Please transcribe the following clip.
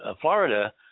Florida